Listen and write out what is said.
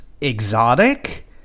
exotic